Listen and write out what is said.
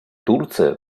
турция